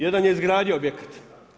Jedan je izgradio objekat.